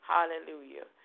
Hallelujah